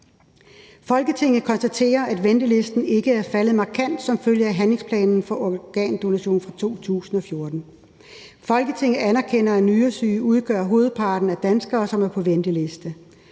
»Folketinget konstaterer, at ventelisten ikke er faldet markant som følge af handlingsplanen for organdonation fra 2014. Folketinget anerkender, at nyresyge udgør hovedparten af danskere, som er på ventelisten.